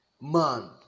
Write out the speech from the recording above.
man